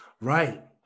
Right